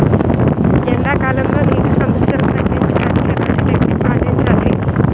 ఎండా కాలంలో, నీటి సమస్యలను తగ్గించడానికి ఎలాంటి టెక్నిక్ పాటించాలి?